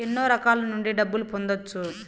ఎన్నో రకాల నుండి డబ్బులు పొందొచ్చు